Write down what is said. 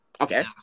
Okay